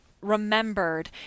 remembered